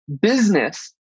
business